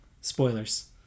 Spoilers